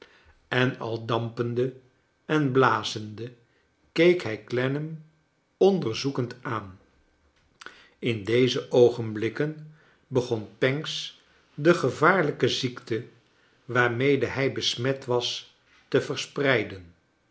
en al dampende en blazende keek hij clennam onderzoekend aan in deze oogenblikken begon pancks de gevaarlijke ziekte waarmede hij besmet was te verspreiden